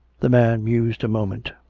the man mused a moment.